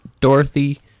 Dorothy